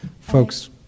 folks